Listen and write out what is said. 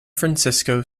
francisco